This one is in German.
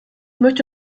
möchte